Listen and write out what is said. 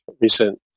recent